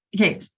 Okay